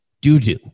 doo-doo